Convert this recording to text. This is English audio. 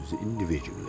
individually